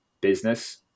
business